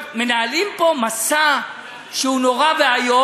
מנהלים פה מסע שהוא נורא ואיום,